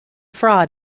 fraud